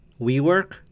WeWork